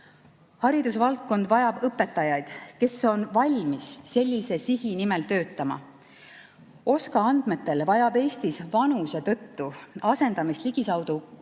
Haridusvaldkond vajab õpetajaid, kes on valmis sellise sihi nimel töötama. OSKA andmetel vajab Eestis vanuse tõttu asendamist ligikaudu